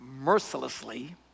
mercilessly